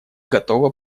готова